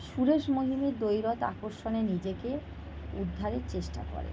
সুরেশ মহিমের দৈবাৎ আকর্ষণে নিজেকে উদ্ধারের চেষ্টা করে